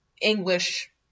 English